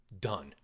done